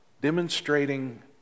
demonstrating